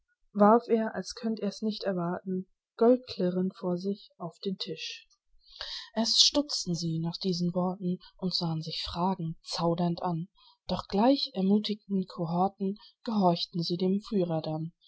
warf er als könnt er's nicht erwarten goldklirrend vor sich auf den tisch erst stutzten sie nach diesen worten und sahn sich fragend zaudernd an doch gleich ermuthigten kohorten gehorchten sie dem führer